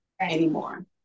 anymore